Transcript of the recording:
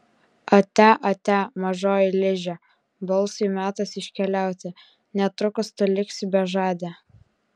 atia atia mažoji liže balsui metas iškeliauti netrukus tu liksi bežadė